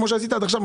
כמו שעשית עד עכשיו.